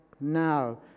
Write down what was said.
Now